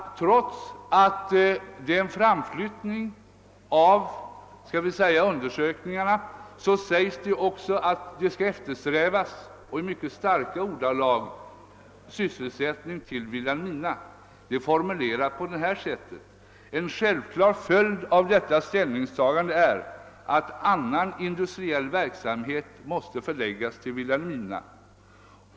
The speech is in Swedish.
Trots att undersökningarna skall framflyttas framhålls det också i mycket starka ordalag att man måste eftersträva sysselsättning till Vilhelmina. Det andra avsnittet är formulerat så här: »En självklar följd av detta ställningstagande är att annan industriell verksamhet måste förläggas till Vilhelmina.